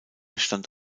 stand